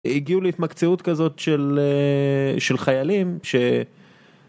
הגיעו להתמקצעות כזאת של של חיילים ש...